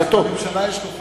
לממשלה יש כוחות?